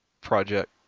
Project